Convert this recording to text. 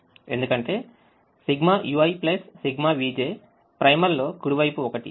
ఎందుకంటే ΣuiΣvjprimal లో కుడివైపు ఒకటి